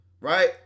right